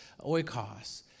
Oikos